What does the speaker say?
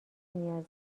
نیاز